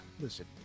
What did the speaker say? Listen